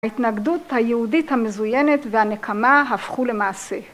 ההתנגדות היהודית המזוינת והנקמה הפכו למעשה.